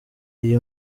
iyi